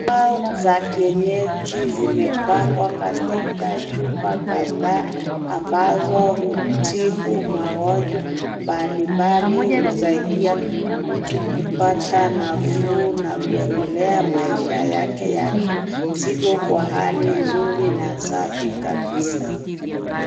Dawa za kienyeji zimepangwa katika chupa kadhaa ambazo hutibu magonjwa mbalimbali na kusaidia mtu kupata nafuu na kuendelea maisha yake ya kila siku kwa hali nzuri na safi kabisaa.